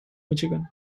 michigan